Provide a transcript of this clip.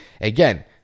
Again